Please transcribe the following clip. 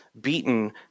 beaten